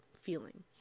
feeling